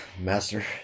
Master